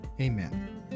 amen